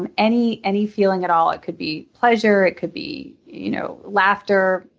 and any any feeling at all. it could be pleasure, it could be you know laughter,